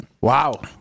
Wow